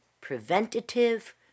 preventative